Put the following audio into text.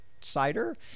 cider